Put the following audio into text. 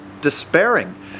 despairing